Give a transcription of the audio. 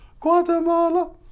Guatemala